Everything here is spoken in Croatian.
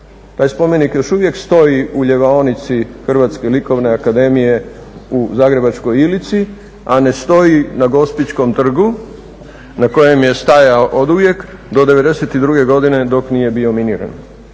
Taj spomenik još uvijek stoji u ljevaonici Hrvatske likovne akademije u zagrebačkoj Ilici a ne stoji na Gospićkom trgu na kojem je stajao oduvijek do '92. godine dok nije bio miniran.